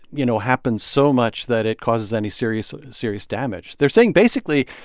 you know, happen so much that it causes any serious serious damage. they're saying, basically,